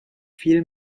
viel